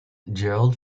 gerald